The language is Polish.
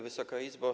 Wysoka Izbo!